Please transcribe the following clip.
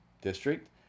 district